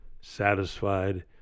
satisfied